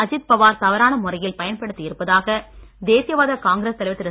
அஜீத் பவார் தவறான முறையில் பயன்படுத்தி இருப்பதாக தேசியவாத காங்கிரஸ் தலைவர் திரு